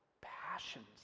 passions